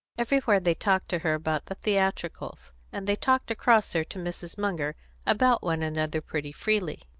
everywhere they talked to her about the theatricals and they talked across her to mrs. munger, about one another, pretty freely.